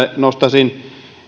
nostaisin